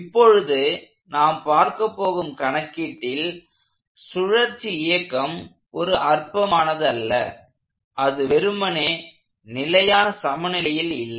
இப்பொழுது நாம் பார்க்கப் போகும் கணக்கீட்டில் சுழற்சி இயக்கம் ஒரு அற்பமானதல்ல அது வெறுமனே நிலையான சமநிலையில் இல்லை